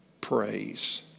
praise